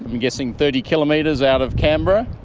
i'm guessing thirty kilometres out of canberra.